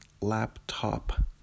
Laptop